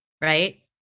right